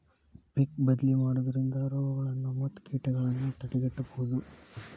ಪಿಕ್ ಬದ್ಲಿ ಮಾಡುದ್ರಿಂದ ರೋಗಗಳನ್ನಾ ಮತ್ತ ಕೇಟಗಳನ್ನಾ ತಡೆಗಟ್ಟಬಹುದು